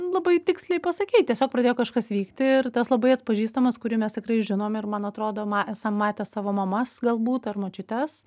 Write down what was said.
labai tiksliai pasakei tiesiog pradėjo kažkas vykti ir tas labai atpažįstamas kurį mes tikrai žinom ir man atrodo ma esam matę savo mamas galbūt ar močiutes